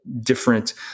different